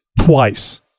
twice